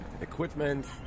equipment